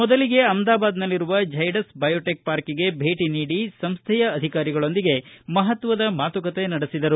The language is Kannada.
ಮೊದಲಿಗೆ ಅಹ್ಮದಾಬಾದ್ನಲ್ಲಿರುವ ಝೈಡಸ್ ಬಯೋಟೆಕ್ ಪಾರ್ಕ್ಗೆ ಭೇಟಿ ನೀಡಿ ಸಂಸ್ಥೆಯ ಅಧಿಕಾರಿಗಳೊಂದಿಗೆ ಮಹತ್ವದ ಮಾತುಕತೆ ನಡೆಸಿದರು